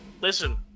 Listen